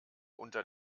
unter